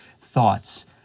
Thoughts